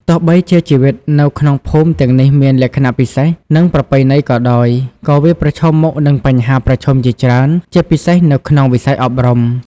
ទោះបីជាជីវិតនៅក្នុងភូមិទាំងនេះមានលក្ខណៈពិសេស និងប្រពៃណីក៏ដោយ ក៏វាប្រឈមមុខនឹងបញ្ហាប្រឈមជាច្រើន ជាពិសេសនៅក្នុងវិស័យអប់រំ។